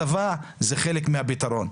הסבה זה חלק מהפתרון.